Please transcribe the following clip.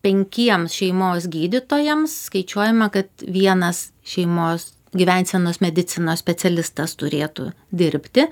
penkiems šeimos gydytojams skaičiuojama kad vienas šeimos gyvensenos medicinos specialistas turėtų dirbti